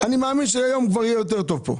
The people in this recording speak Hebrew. אני מאמין שהיום כבר יהיה יותר טוב פה.